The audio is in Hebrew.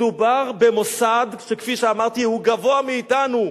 מדובר במוסד שכפי שאמרתי הוא גבוה מאתנו.